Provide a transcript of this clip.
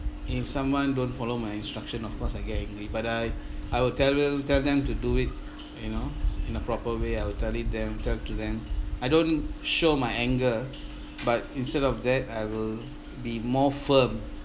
if someone don't follow my instruction of course I get angry but I I will tell them tell them to do it you know in a proper way I will tell it then tell to them I don't show my anger but instead of that I will be more firm